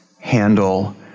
handle